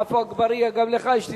עפו אגבאריה, גם לך יש הסתייגות.